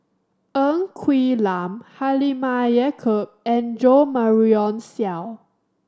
Ng Quee Lam Halimah Yacob and Jo Marion Seow